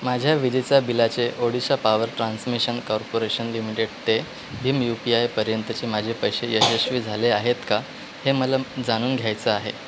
माझ्या विजेच्या बिलाचे Odisha power transmission corporation limited ते भीम यू पी आय पर्यंतचे माझे पैसे यशस्वी झाले आहेत का हे मला जाणून घ्यायचं आहे